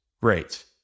great